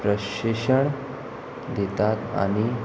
प्रशिक्षण दितात आनी